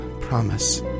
Promise